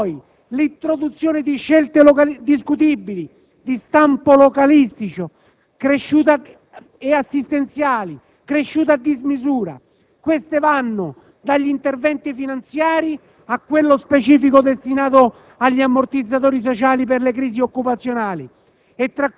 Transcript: rileva l'introduzione di scelte discutibili di stampo localistico e assistenziali, cresciute a dismisura. Queste vanno dagli interventi finanziari a quello specifico destinato agli ammortizzatori sociali per le crisi occupazionali